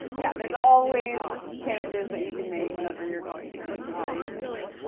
yeah there's always changes that you can make whenever you're going through and doing these things.